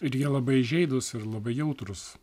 ir jie labai įžeidūs ir labai jautrūs